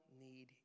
need